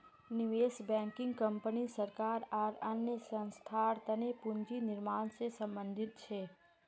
निवेश banking company सरकार आर अन्य संस्थार तने पूंजी निर्माण से संबंधित छे